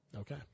Okay